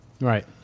Right